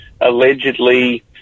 allegedly